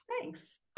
Thanks